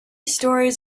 stories